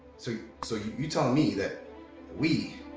so so you telling me that we,